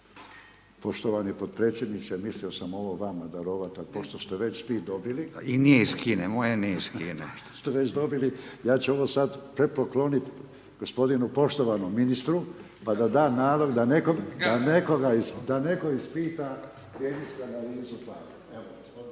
Poštovani podpredsjedniče mislio sam ovo vama darovat al pošto ste već vi dobili …/Upadica: I nije iz Kine, moje nije iz Kine./… ja ću ovo sad poklonit gospodinu poštovanom ministru pa da da nalog da neko ispita kemijsku analizu …/nerazumljivo/… A sad